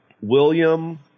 William